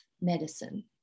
medicine